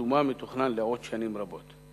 שיישומה מתוכנן לעוד שנים רבות.